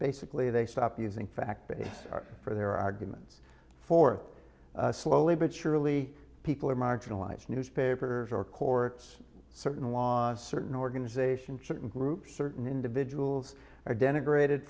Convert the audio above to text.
basically they stop using fact base for their arguments for slowly but surely people are marginalised newspaper or courts certain laws certain organizations certain groups certain individuals are denigrate